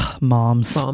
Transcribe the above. moms